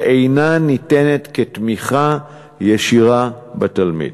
ואינה ניתנת כתמיכה ישירה בתלמיד.